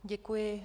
Děkuji.